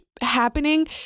happening